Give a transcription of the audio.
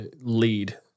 lead